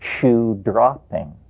shoe-dropping